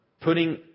putting